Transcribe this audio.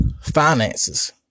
finances